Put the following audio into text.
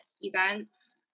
events